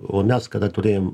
o mes kada turėjom